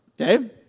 okay